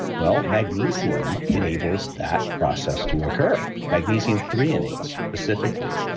well, magnesium enables that process to occur, magnesium threonate, specifically.